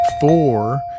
four